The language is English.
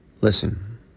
Listen